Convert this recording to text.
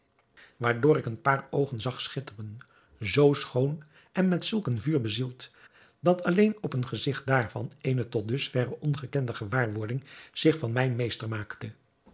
waardoor ik een paar oogen zag schitteren zoo schoon en met zulk een vuur bezield dat alleen op een gezigt daarvan eene tot dus verre ongekende gewaarwording zich van mij meester maakte